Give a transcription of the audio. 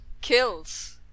Kills